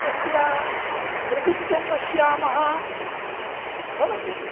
तस्य मृदुत्वं पश्यामः भवति